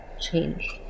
change